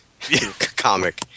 comic